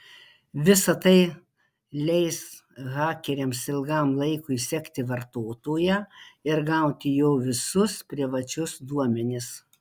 visa tai leis hakeriams ilgam laikui sekti vartotoją ir gauti jo visus privačius duomenis